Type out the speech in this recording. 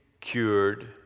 cured